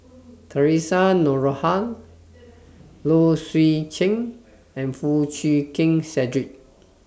Theresa Noronha Low Swee Chen and Foo Chee Keng Cedric